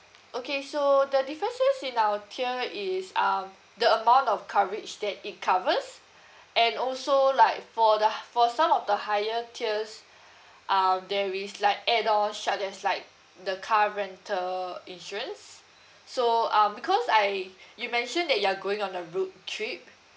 okay so the differences in our tier is um the amount of coverage that it covers and also like for the h~ for some of the higher tiers um there is like addon suggest like the car rental insurance so um because I you mentioned that you are going on a road trip